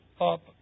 up